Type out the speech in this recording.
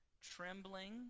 trembling